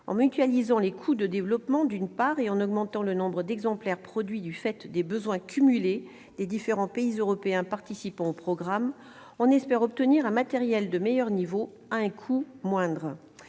en mutualisant les coûts de développement, d'une part, et en augmentant le nombre d'exemplaires produits du fait des besoins cumulés des différents pays européens participant au programme, d'autre part, on espère obtenir un matériel de meilleure qualité à un coût moindre.